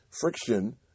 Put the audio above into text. friction